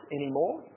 anymore